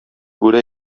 бүре